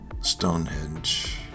Stonehenge